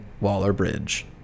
Waller-Bridge